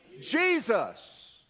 Jesus